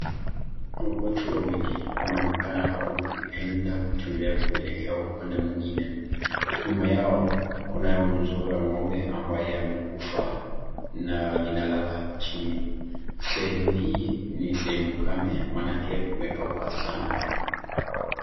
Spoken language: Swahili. Kuna watu wawili wanaoeneka kuenda kutembea kuelekea upande mwingine nyuma yao kunao mzogo wa ng'ombe ambaye amekufa na linalala chini sehemu hii ni sehemu kame manake kumekauka sana.